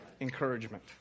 Encouragement